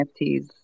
nfts